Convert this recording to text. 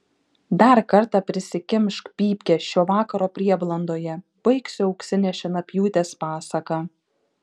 dar kartą prisikimšk pypkę šio vakaro prieblandoje baigsiu auksinės šienapjūtės pasaką